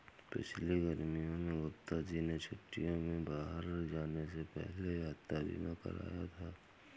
पिछली गर्मियों में गुप्ता जी ने छुट्टियों में बाहर जाने से पहले यात्रा बीमा कराया था